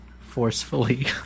forcefully